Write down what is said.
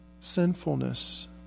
sinfulness